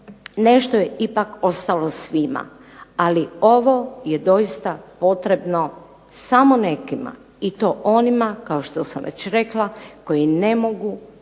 nešto je ipak ostalo svima. Ali ovo je doista potrebno samo nekima i to onima kao što sam već rekla koji ne mogu